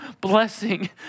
blessing